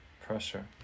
Pressure